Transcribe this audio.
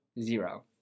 Zero